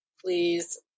Please